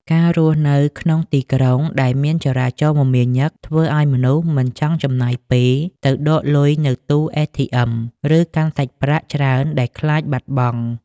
ការរស់នៅក្នុងទីក្រុងដែលមានចរាចរណ៍មមាញឹក ធ្វើឱ្យមនុស្សមិនចង់ចំណាយពេលទៅដកលុយនៅទូ ATM ឬកាន់សាច់ប្រាក់ច្រើនដែលខ្លាចបាត់បង់។